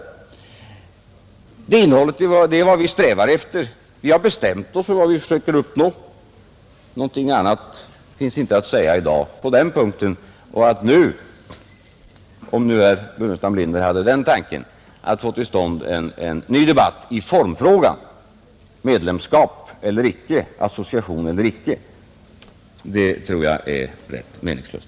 Det är vad vi strävar efter. Vi har bestämt oss för vad vi försöker uppnå. Någonting annat finns inte att säga i dag på den punkten, och att nu, om herr Burenstam Linder hade den tanken, få till stånd en ny debatt i formfrågan — medlemskap eller icke, association eller icke — tror jag är rätt meningslöst.